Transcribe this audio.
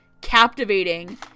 captivating